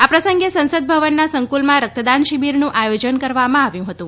આ પ્રસંગે સંસદ ભવનના સંકુલમાં રક્તદાન શિબિરનું આયોજન કરવામાં આવ્યું હતું